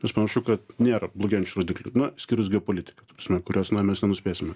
nes panašu kad nėra blogėjančių rodiklių na išskyrus geopolitika ta prasme kurios na mes nenuspėsime